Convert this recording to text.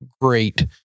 great